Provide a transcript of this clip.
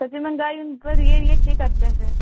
ते फिर मैहंगाई केह् करचै फिर